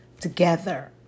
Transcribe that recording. together